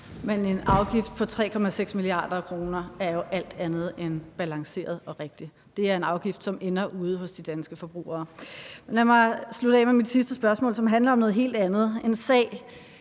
Men en afgift på 3,6 mia. kr. er jo alt andet end balanceret og rigtig. Det er en afgift, som ender ude hos de danske forbrugere. Lad mig slutte af med mit sidste spørgsmål, som handler om noget helt andet, nemlig